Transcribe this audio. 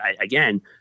again –